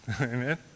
Amen